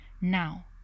Now